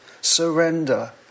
Surrender